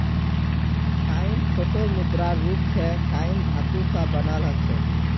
coin छोटो मुद्रार रूप छेक कॉइन धातु स बनाल ह छेक